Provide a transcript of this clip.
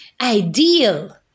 ideal